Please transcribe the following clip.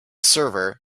server